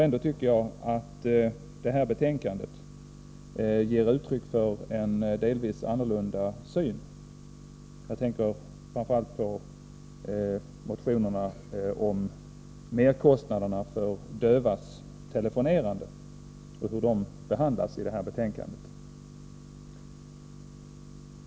Ändå tycker jag att det här betänkandet ger uttryck för en delvis annorlunda syn. Jag tänker framför allt på hur motionerna om merkostnaderna för dövas telefonerande behandlas i betänkandet.